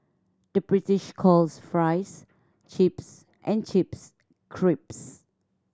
the British calls fries chips and chips crisps